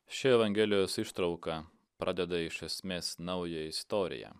ši evangelijos ištrauka pradeda iš esmės naują istoriją